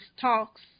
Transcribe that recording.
talks